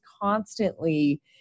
constantly